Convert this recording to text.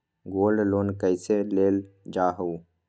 Gold loan कईसे लेल जाहु?